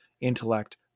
intellect